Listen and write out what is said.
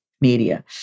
media